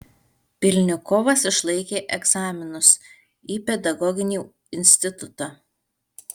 pylnikovas išlaikė egzaminus į pedagoginį institutą